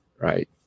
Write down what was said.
right